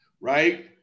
Right